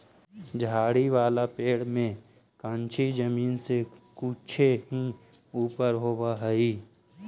झाड़ी वाला पेड़ में कंछी जमीन से कुछे ही ऊपर होवऽ हई